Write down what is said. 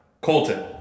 Colton